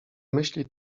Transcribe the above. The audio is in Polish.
myśli